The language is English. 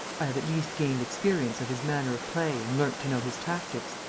i have at least gained experience of his manner of play and learnt to know his tactics.